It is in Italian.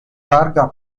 larga